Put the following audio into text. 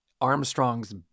Armstrong's